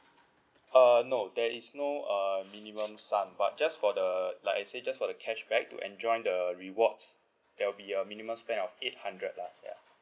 uh no there is no uh minimum sum but just for the like I said just for the cashback to enjoy the rewards there'll be a minimum spend of eight hundred lah ya